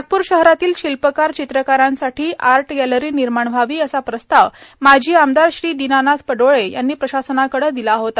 नागपूर शहरातील शिल्पकार चित्रकारांसाठी आर्ट गॅलरी निर्माण व्हावी असा प्रस्ताव माजी आमदार श्री दीनानाथ पडोळे यांनी प्रशासनाकडे दिला होता